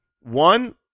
one